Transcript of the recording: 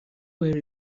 بری